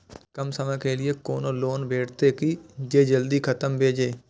कम समय के लीये कोनो लोन भेटतै की जे जल्दी खत्म भे जे?